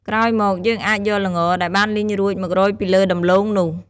ក្រោយមកយើងអាចយកល្ងដែលបានលីងរួចមករោយពីលើដំឡូងនោះ។